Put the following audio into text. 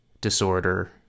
disorder